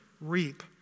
reap